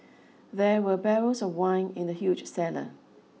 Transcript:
there were barrels of wine in the huge cellar